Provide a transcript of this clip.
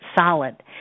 solid